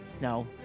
No